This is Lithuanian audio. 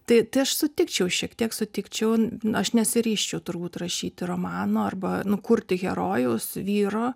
tai aš sutikčiau šiek tiek sutikčiau aš nesiryžčiau turbūt rašyti romano arba nu kurti herojaus vyro